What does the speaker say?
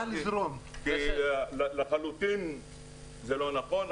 כי לחלוטין זה לא נכון,